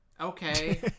Okay